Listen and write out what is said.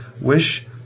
wish